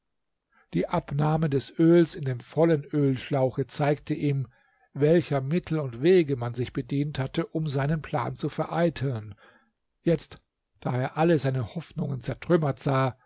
die abnahme des öls in dem vollen ölschlauche zeigte ihm welcher mittel und wege man sich bedient hatte um seinen plan zu vereiteln jetzt da er alle seine hoffnungen zertrümmert sah